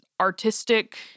artistic